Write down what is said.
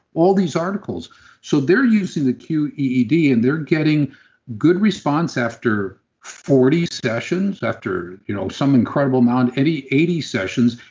all these articles so they're using the qeed and they're getting good response after forty sessions after you know some incredible um um eighty eighty sessions.